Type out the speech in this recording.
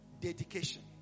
dedication